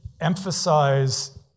emphasize